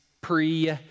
pre